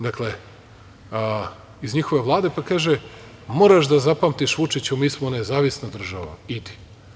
Dakle, iz njihove Vlade, pa kaže - moraš da zapamtiš Vučiću, mi smo nezavisna država, idi.